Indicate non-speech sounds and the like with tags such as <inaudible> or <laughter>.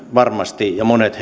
varmasti monet <unintelligible>